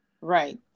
Right